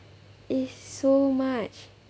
it's so much